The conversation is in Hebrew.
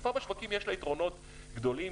לאכיפה בשווקים יש יתרונות גדולים,